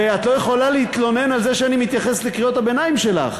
ואת לא יכולה להתלונן על זה שאני מתייחס לקריאות הביניים שלך.